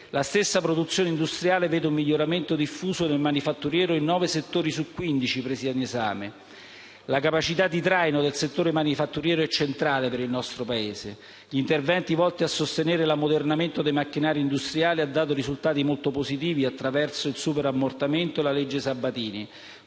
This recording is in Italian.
La stessa produzione industriale vede un miglioramento diffuso nel manifatturiero in nove settori su quindici presi ad esame. La capacità di traino del settore manifatturiero è centrale per il nostro Paese. Gli interventi volti a sostenere l'ammodernamento dei macchinari industriali hanno dato risultati molto positivi attraverso il superammortamento e la cosiddetta legge Sabatini,